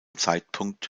zeitpunkt